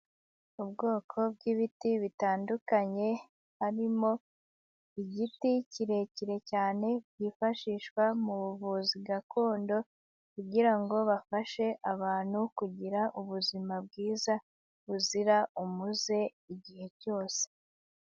Ubwoko bw'ibiti bitandukanye harimo igiti kirekire cyane byifashishwa mu buvuzi gakondo kugira ngo bafashe abantu kugira ubuzima bwiza buzira umuze igihe cyose.